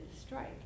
strike